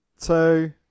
two